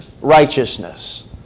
righteousness